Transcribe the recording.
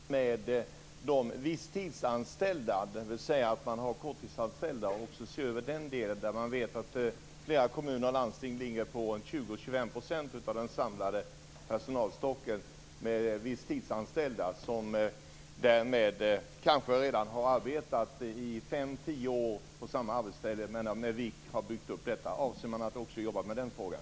Fru talman! Jag skulle vilja fråga arbetsmarknadsministern om man har avsikt att ta med de visstidsanställda, dvs. de korttidsanställda, och se över även den delen. Man vet att flera kommuner och landsting har 20-25 % av den samlade personalstocken som visstidsanställda, som kanske arbetat i fem-tio år på samma ställe med vikariat. Avser man att arbeta med också den frågan?